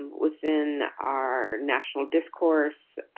um within our national discourse